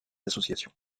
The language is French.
associations